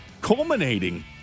culminating